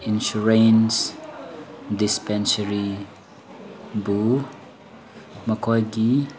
insurance ꯗꯤꯁꯄꯦꯟꯁꯔꯤꯕꯨ ꯃꯈꯣꯏꯒꯤ